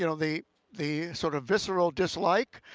you know the the sort of visceral dislike,